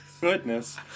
Goodness